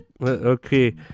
okay